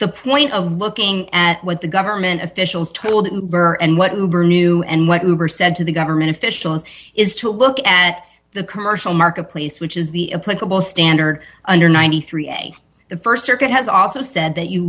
the point of looking at what the government officials told her and what we knew and what we were said to the government officials is to look at the commercial marketplace which is the political standard under ninety three a the st circuit has also said that you